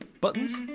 Buttons